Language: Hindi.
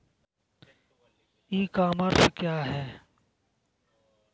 ई कॉमर्स क्या है?